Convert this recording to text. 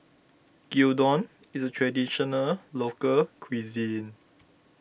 Gyudon is a Traditional Local Cuisine